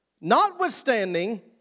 notwithstanding